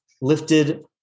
lifted